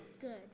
Good